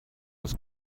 was